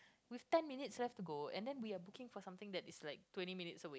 with ten minutes left to go and then we're booking for something that is like twenty minutes away